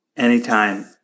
Anytime